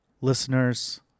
listeners